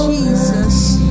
Jesus